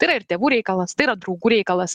tai yra ir tėvų reikalas tai yra draugų reikalas